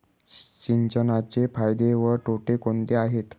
सिंचनाचे फायदे व तोटे कोणते आहेत?